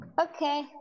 Okay